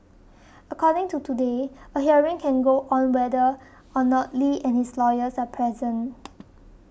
according to Today a hearing can go on whether or not Li and his lawyers are present